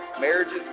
marriages